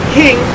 king